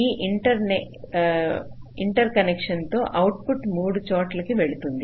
ఈ ఇంటర్కనెక్షన్ తో అవుట్పుట్ మూడు చోట్లకి వెళుతుంది